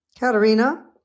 Katarina